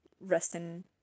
resting